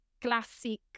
classic